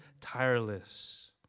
tireless